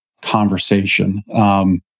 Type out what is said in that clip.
conversation